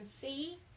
see